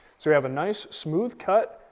so we have a nice smooth cut,